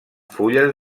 fulles